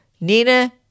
Nina